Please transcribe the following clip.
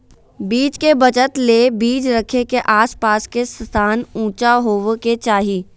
बीज के बचत ले बीज रखे के आस पास के स्थान ऊंचा होबे के चाही